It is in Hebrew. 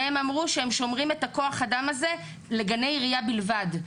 והם אמרו שהם שומרים את כוח האדם הזה לגני עירייה בלבד.